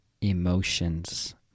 emotions